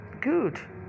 good